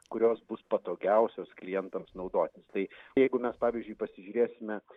kurios bus patogiausios klientams naudotis tai jeigu mes pavyzdžiui pasižiūrėsime kas